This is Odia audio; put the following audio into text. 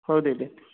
ହଉ ଦିଦି